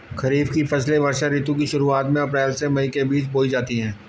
खरीफ की फसलें वर्षा ऋतु की शुरुआत में अप्रैल से मई के बीच बोई जाती हैं